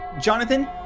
Jonathan